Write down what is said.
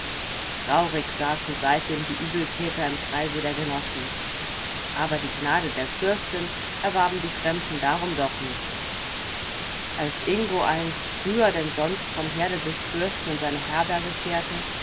traurig saßen seitdem die übeltäter im kreise der genossen aber die gnade der fürstin erwarben die fremden darum doch nicht als ingo einst früher denn sonst vom herde des fürsten in seine herberge kehrte